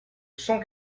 cent